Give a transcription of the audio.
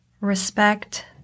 Respect